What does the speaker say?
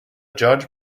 judge